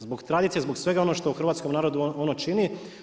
Zbog tradicije, zbog svega ono što u hrvatskom narodu ono čini.